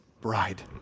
bride